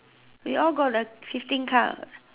we all got the fifteen cards what